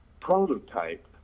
prototype